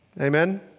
Amen